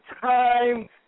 time